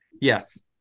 Yes